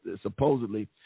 supposedly